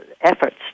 efforts